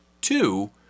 Two